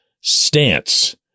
stance